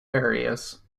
areas